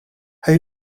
how